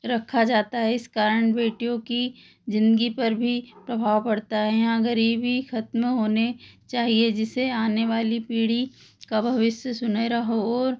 रखा जाता है इस कारण बेटियों की ज़िन्दगी पर भी प्रभाव पड़ता है यहाँ ग़रीबी खत्म होनी चाहिए जिससे आने वाली पीढ़ी का भविष्य सुनहरा हो और